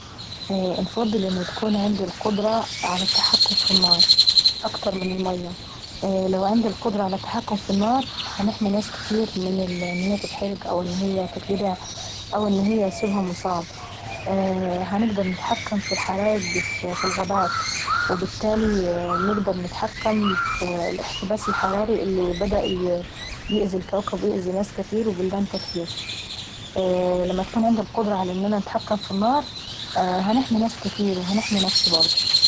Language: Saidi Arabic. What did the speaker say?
انفضل ان تكون عندي القدرة على التحكم في النار أكتر من المية. لو عندي القدرة على التحكم في النار هنحمي ناس كتير من ان هي تتحرق او ان هي تتلدع أو ان هي تتصاب. هنقدر نتحكم في الحرايق في الغابات وبالتالي نقدر نتحكم في الاحتباس الحراري اللي بدأ يأذي بلدن كاتير ويأذي ناس كاتير. لما تكون عندي القدرة ان انا نتحكم في النار هنحمي ناس كاتير وهنحمي نفسي برضه.